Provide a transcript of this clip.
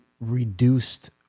reduced